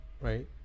right